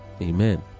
Amen